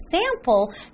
sample